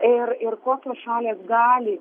ir ir kokios šalys gali